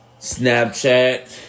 Snapchat